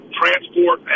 transport